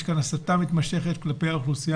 יש כאן הסתה מתמשכת כלפי האוכלוסייה